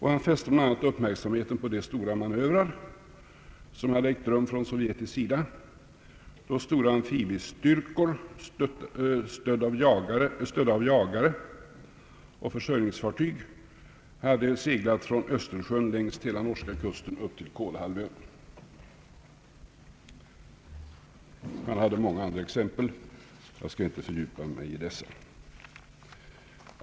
Han fäste bl.a. uppmärksamheten vid de sovjetiska manövrer som ägt rum, då stora amfibiestyrkor stödda av jagare och försörjningsfartyg hade seglat från Östersjön längs hela norska kusten upp till Kolahalvön; han gav också många andra exempel, men jag skall inte fördjupa mig i dem.